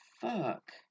fuck